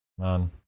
Man